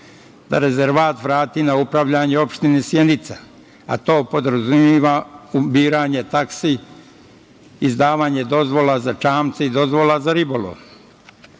da rezervat vrati na upravljanje Opštine Sjenica, a to podrazumeva ubiranje taksi, izdavanje dozvola za čamce i dozvola za ribolov. Svoje